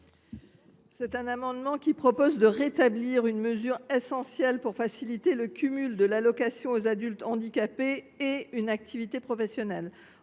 cet amendement, nous proposons de rétablir une mesure essentielle pour faciliter le cumul de l’allocation aux adultes handicapés AAH et d’une activité professionnelle.